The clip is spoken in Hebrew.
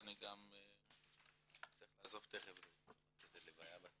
אני גם צריך לעזוב תיכף לאיזו לוויה.